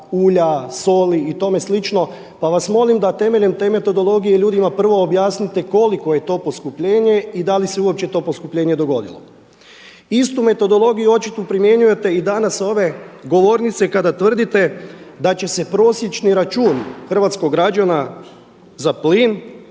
ulja, soli i tome slično. Pa vas molim da temeljem te metodologije ljudima prvo objasnite koliko je to poskupljenje i da li se uopće to poskupljenje dogodilo. Istu metodologiju očito primjenjujete i danas sa ove govornice kada tvrdite da će se prosječni račun hrvatskog građana za plin